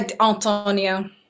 Antonia